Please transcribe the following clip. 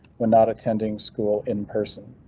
when not attending school in person,